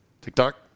TikTok